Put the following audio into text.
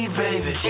baby